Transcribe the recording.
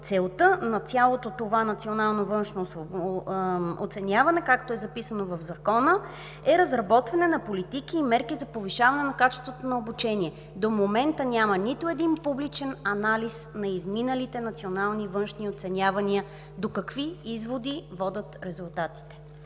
целта на цялото това национално външно оценяване, както е записано в Закона, е разработване на политики и мерки за повишаване качеството на обучение. До момента няма нито един публичен анализ на изминалите национални външни оценявания. До какви изводи водят резултатите?